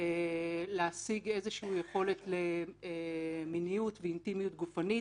להשיג איזושהי יכולת למיניות ואינטימיות גופנית.